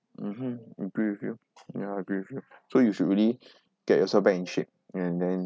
mmhmm agree with you ya agree with you so you should really get yourself back in shape and then